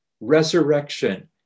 resurrection